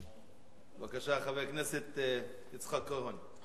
בבקשה, חבר הכנסת יצחק כהן.